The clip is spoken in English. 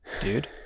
dude